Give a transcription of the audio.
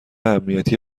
امنیتی